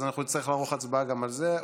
אז אנחנו נצטרך לערוך הצבעה גם על זה?